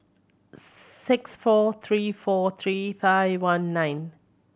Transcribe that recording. six four three four three five one nine